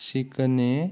शिकने